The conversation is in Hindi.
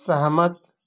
सहमत